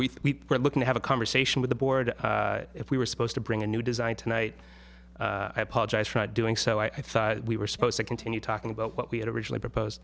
we were looking to have a conversation with the board if we were supposed to bring a new design tonight i apologize for doing so i thought we were supposed to continue talking about what we had originally propose